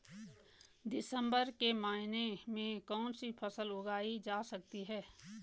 दिसम्बर के महीने में कौन सी फसल उगाई जा सकती है?